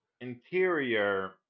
interior